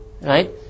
Right